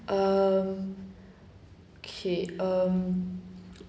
um okay um